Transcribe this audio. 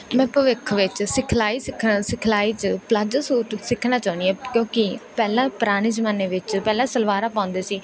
ਮੈਂ ਭਵਿੱਖ ਵਿੱਚ ਸਿਖਲਾਈ ਸਿੱਖਣਾ ਸਿਖਲਾਈ 'ਚ ਪਲਾਜੋ ਸੂਟ ਸਿੱਖਣਾ ਚਾਹੁੰਦੀ ਹਾਂ ਕਿਉਂਕਿ ਪਹਿਲਾਂ ਪੁਰਾਣੇ ਜ਼ਮਾਨੇ ਵਿੱਚ ਪਹਿਲਾਂ ਸਲਵਾਰਾਂ ਪਾਉਦੇ ਸੀ